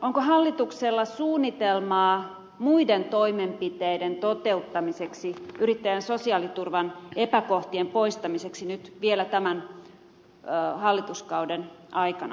onko hallituksella suunnitelmaa muiden toimenpiteiden toteuttamiseksi yrittäjän sosiaaliturvan epäkohtien poistamiseksi nyt vielä tämän hallituskauden aikana